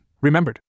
Remembered